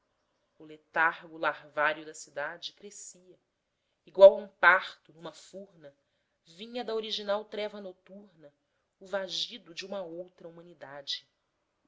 o letargo larvário da cidade crescia igual a um parto numa furna vinha da original treva noturna o vagido de uma outra humanidade